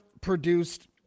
produced